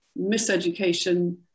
miseducation